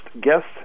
guest